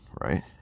right